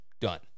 done